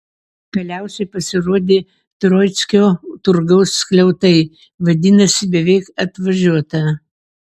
galiausiai pasirodė troickio turgaus skliautai vadinasi beveik atvažiuota